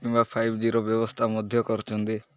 କିମ୍ବା ଫାଇଭ୍ ଜି'ର ବ୍ୟବସ୍ଥା ମଧ୍ୟ କରୁଛନ୍ତି